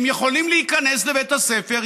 הם יכולים להיכנס לבית הספר.